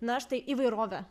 na štai įvairovę